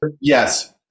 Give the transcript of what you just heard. yes